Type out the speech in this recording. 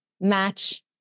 match